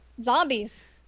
zombies